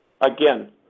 again